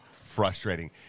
frustrating